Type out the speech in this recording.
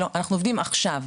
אנחנו עובדים עכשיו.